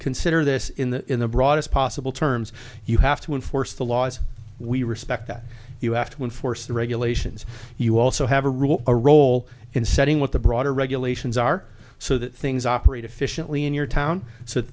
consider this in the in the broadest possible terms you have to enforce the laws we respect that you have to enforce the regulations you also have a rule a role in setting what the broader regulations are so that things operate efficiently in your town so